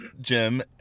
Jim